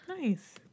nice